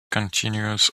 continuous